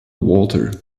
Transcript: water